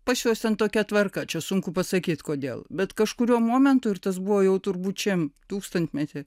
pas juos ten tokia tvarka čia sunku pasakyti kodėl bet kažkuriuo momentu ir tas buvo jau turbūt šiam tūkstantmety